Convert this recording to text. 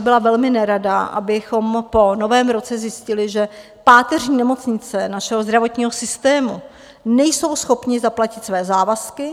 Byla bych velmi nerada, abychom po Novém roce zjistili, že páteřní nemocnice našeho zdravotního systému nejsou schopny zaplatit své závazky.